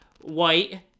White